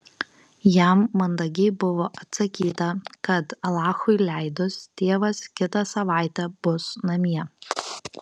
jam mandagiai buvo atsakyta kad alachui leidus tėvas kitą savaitę bus namie